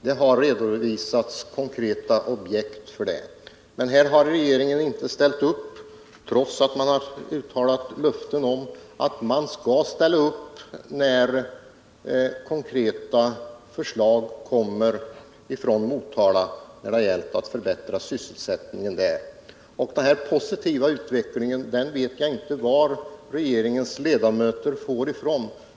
Det har redovisats konkreta objekt, men regeringen har inte ställt upp, trots att man från regeringshåll uttalat löften om att regeringen skulle ställa upp när det kom konkreta förslag från Motala om att förbättra sysselsättningen där. Jag vet inte varifrån regeringens ledamöter får uppfattningen om den positiva utvecklingen i Motala.